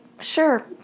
sure